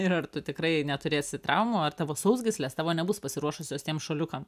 ir ar tu tikrai neturėsi traumų ar tavo sausgyslės tavo nebus pasiruošusios tiem šuoliukam